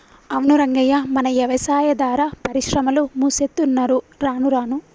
అవును రంగయ్య మన యవసాయాదార పరిశ్రమలు మూసేత్తున్నరు రానురాను